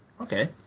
okay